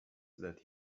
that